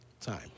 Time